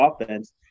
offense